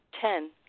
Ten